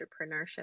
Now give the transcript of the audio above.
entrepreneurship